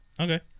Okay